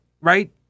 right